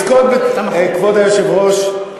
כבוד היושב-ראש,